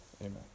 Amen